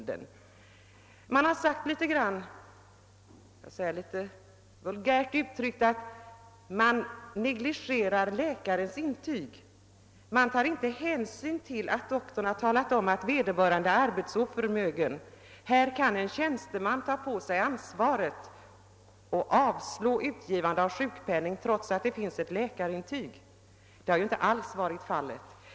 Det har sagts litet vulgärt att man nonchalerar läkares intyg och att en tjänsteman kan ta på sitt ansvar att avslå utgivande av sjukpenning trots att det finns läkarintyg som visar att vederbörande är arbetsoförmögen.